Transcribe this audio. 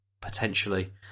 potentially